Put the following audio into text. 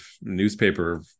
newspaper